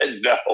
no